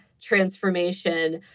transformation